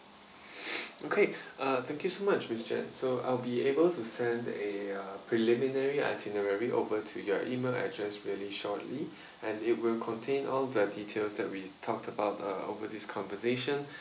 okay uh thank you so much miss jan so I'll be able to send a uh preliminary itinerary over to your email address really shortly and it will contain all the details that we talked about uh over this conversation